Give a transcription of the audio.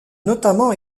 notamment